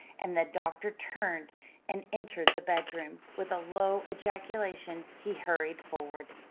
and the doctor turned and entered the bedroom. with a low ejaculation he hurried forward.